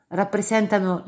rappresentano